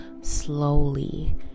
slowly